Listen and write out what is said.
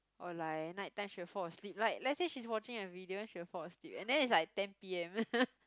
or like night time she will fall asleep like let's say she's watching a video then she will fall asleep and then it's like ten P_M